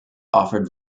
offered